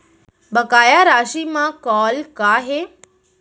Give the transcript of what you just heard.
बकाया राशि मा कॉल का हे?